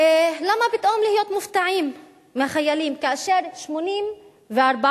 למה פתאום להיות מופתעים מהחיילים כאשר 84%